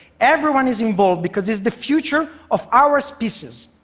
everyone is involved, because it's the future of our species.